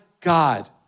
God